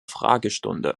fragestunde